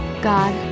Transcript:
God